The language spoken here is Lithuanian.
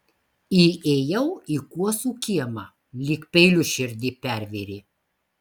įėjau į kuosų kiemą lyg peiliu širdį pervėrė